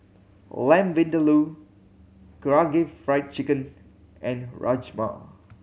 Lamb Vindaloo Karaage Fried Chicken and Rajma